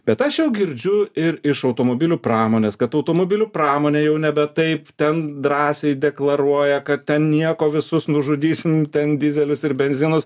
bet aš jau girdžiu ir iš automobilių pramonės kad automobilių pramonė jau nebe taip ten drąsiai deklaruoja kad ten nieko visus nužudysim ten dyzelius ir benzinus